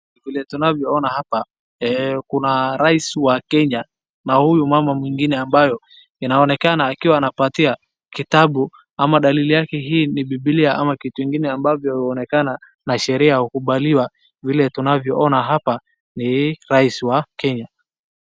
Vile tunavyo ona hapa kuna rais wa Kenya na huyu mama mwingine ambayo inaonekana akiwa anapatia kitabu ama dalili yake hii ni bibilia ama kitu ingine ambavyo huonekana na sheria na kukubaliwa vile tunavyo ona hapa ni rais wa Kenya.